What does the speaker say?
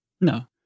No